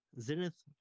Zenith